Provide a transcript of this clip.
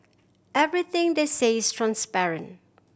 everything they say is transparent